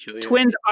twins